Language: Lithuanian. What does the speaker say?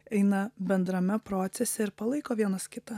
eina bendrame procese ir palaiko vienas kitą